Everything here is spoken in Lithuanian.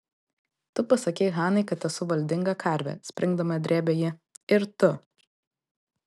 tu pasakei hanai kad esu valdinga karvė springdama drėbė ji ir tu